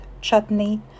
chutney